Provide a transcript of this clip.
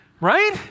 Right